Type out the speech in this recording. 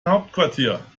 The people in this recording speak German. hauptquartier